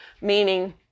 meaning